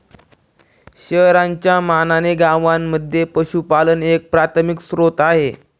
शहरांच्या मानाने गावांमध्ये पशुपालन एक प्राथमिक स्त्रोत आहे